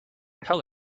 tell